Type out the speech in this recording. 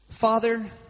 Father